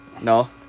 No